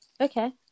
okay